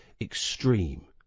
extreme